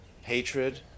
hatred